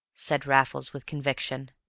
said raffles with conviction.